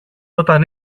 όταν